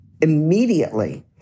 immediately